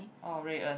orh Rui-En